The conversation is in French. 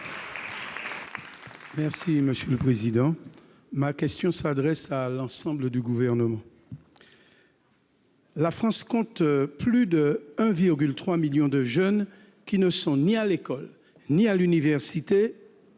socialiste et républicain. Ma question s'adresse à l'ensemble du Gouvernement. La France compte plus de 1,3 million de jeunes qui ne sont ni à l'école, ni à l'université,